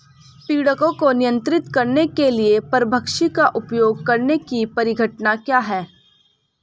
पीड़कों को नियंत्रित करने के लिए परभक्षी का उपयोग करने की परिघटना क्या है?